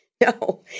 No